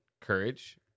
courage